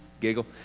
giggle